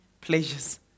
pleasures